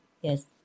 yes